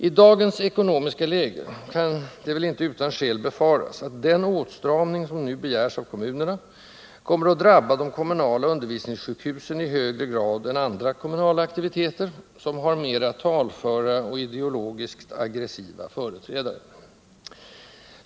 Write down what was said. — I dagens ekonomiska läge kan det väl inte utan skäl befaras att den åtstramning, som nu begärs av kommunerna, kommer att drabba de kommunala undervisningssjukhusen i högre grad än andra kommunala aktiviteter, som har mera talföra och ideologiskt aggressiva företrädare.